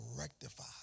rectify